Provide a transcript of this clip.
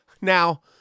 Now-